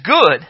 good